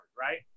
right